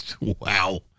Wow